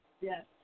yes